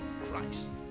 Christ